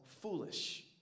foolish